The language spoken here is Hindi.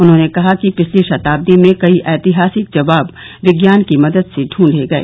उन्होंने कहा कि पिछली शताब्दी में कई ऐतिहासिक जवाब विज्ञान की मदद से ढूंढे गए